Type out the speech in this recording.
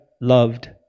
loved